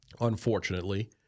unfortunately